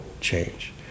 change